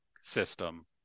system